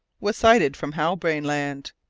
was sighted from halbrane land.